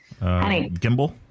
Gimbal